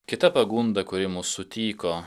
kita pagunda kuri mūsų tyko